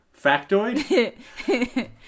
factoid